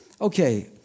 Okay